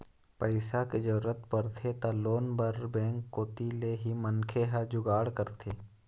पइसा के जरूरत परथे त लोन बर बेंक कोती ले ही मनखे ह जुगाड़ करथे